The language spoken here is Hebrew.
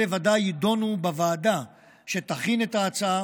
אלה ודאי יידונו בוועדה שתכין את ההצעה